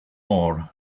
more